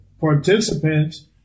participants